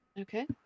Okay